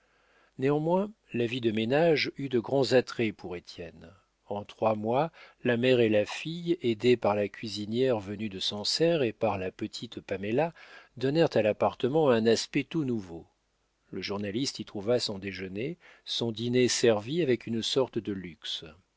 néanmoins la vie de ménage eut de grands attraits pour étienne en trois mois la mère et la fille aidées par la cuisinière venue de sancerre et par la petite paméla donnèrent à l'appartement un aspect tout nouveau le journaliste y trouva son déjeuner son dîner servis avec une sorte de luxe